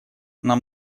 нам